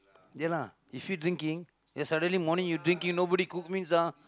ya lah if you drinking then suddenly morning you drinking nobody cook means ah